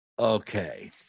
Okay